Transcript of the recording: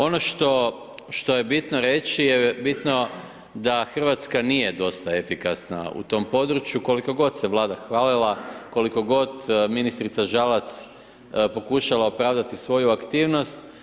Ono što je bitno reći je bitno, da Hrvatska nije dosta efikasna u tom području, koliko god se Vlada hvalila, koliko god ministrica Žalac pokušava opravdati svoju aktivnost.